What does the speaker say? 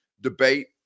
debate